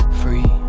free